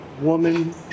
woman